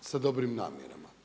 sa dobrim namjerama.